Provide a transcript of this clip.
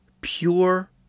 pure